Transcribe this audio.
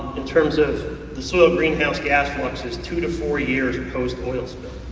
in terms of the soil green house gas fluxes two to four years post oil spill.